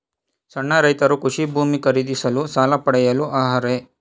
ಸಣ್ಣ ರೈತರು ಕೃಷಿ ಭೂಮಿ ಖರೀದಿಸಲು ಸಾಲ ಪಡೆಯಲು ಅರ್ಹರೇ?